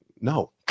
no